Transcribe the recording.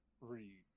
read